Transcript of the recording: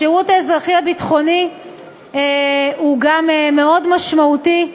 השירות האזרחי-ביטחוני גם הוא מאוד משמעותי,